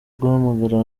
guhamagara